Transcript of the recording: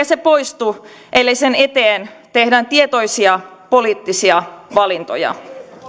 se poistu ellei sen eteen tehdä tietoisia poliittisia valintoja